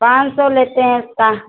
पाँच सौ लेते हैं उसका